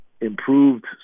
improved